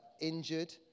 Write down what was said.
injured